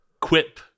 quip